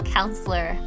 Counselor